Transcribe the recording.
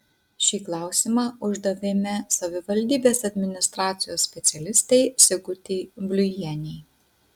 šį klausimą uždavėme savivaldybės administracijos specialistei sigutei bliujienei